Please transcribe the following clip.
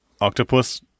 octopus